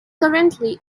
currently